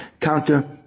counter